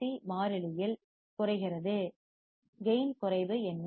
சிfc மாறிலியில் கான்ஸ்டன்ட் குறைகிறது கேயின் குறைவு என்ன